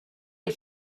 had